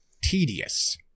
tedious